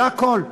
זה הכול.